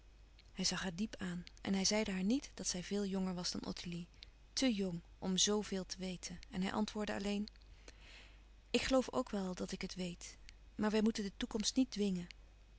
hij zag haar diep aan en hij zeide haar niet dat zij veel jonger was dan ottilie tè jong om zo veel te weten en hij antwoordde alleen louis couperus van oude menschen de dingen die voorbij gaan ik geloof ook wel dat ik het weet maar wij moeten de toekomst niet dwingen